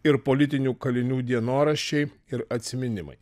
ir politinių kalinių dienoraščiai ir atsiminimai